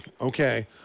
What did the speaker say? Okay